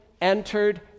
entered